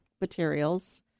materials